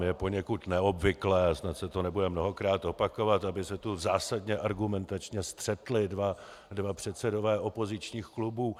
Je poněkud neobvyklé, snad se to nebude mnohokrát opakovat, aby se tu zásadně argumentačně střetli dva předsedové opozičních klubů.